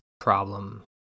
problem